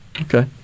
Okay